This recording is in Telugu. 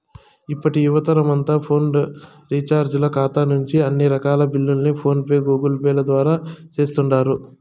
ఇప్పటి యువతరమంతా ఫోను రీచార్జీల కాతా నుంచి అన్ని రకాల బిల్లుల్ని ఫోన్ పే, గూగుల్పేల ద్వారా సేస్తుండారు